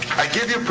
i give you